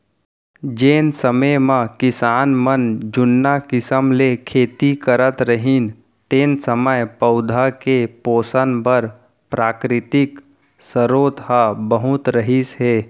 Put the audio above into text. जेन समे म किसान मन जुन्ना किसम ले खेती करत रहिन तेन समय पउधा के पोसन बर प्राकृतिक सरोत ह बहुत रहिस हे